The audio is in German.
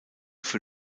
für